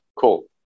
Cool